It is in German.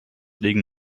liegen